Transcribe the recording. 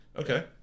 Okay